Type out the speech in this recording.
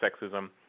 sexism